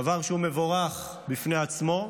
דבר שהוא מבורך בפני עצמו.